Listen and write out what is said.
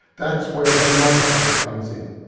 that's where the modified comes in.